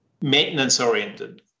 maintenance-oriented